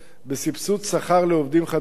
בסבסוד שכר לעובדים חדשים,